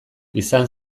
izan